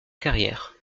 carrière